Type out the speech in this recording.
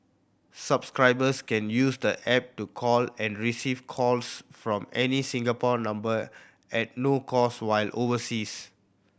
subscribers can use the app to call and receive calls from any Singapore number at no cost while overseas